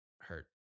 hurt